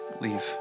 Leave